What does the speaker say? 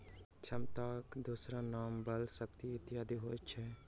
क्षमताक दोसर नाम बल, शक्ति इत्यादि होइत अछि